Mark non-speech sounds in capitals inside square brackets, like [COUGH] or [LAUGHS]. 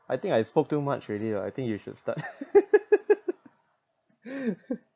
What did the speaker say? I think I spoke too much already lah I think you should start [LAUGHS]